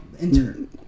intern